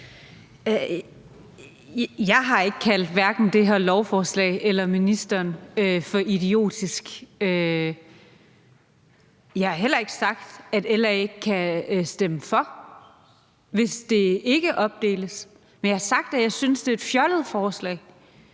Jeg har hverken kaldt det her lovforslag eller ministeren idiotisk. Jeg har heller ikke sagt, at LA ikke kan stemme for, hvis det ikke opdeles. Men jeg har sagt, at jeg synes, det er et fjollet forslag,